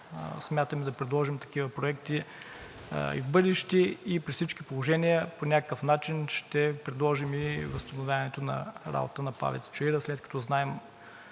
смятаме да предложим такива проекти и в бъдеще. При всички положения по някакъв начин ще предложим и възстановяването на работата на ПАВЕЦ „Чаира“, след като знаем